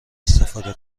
استفاده